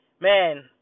Man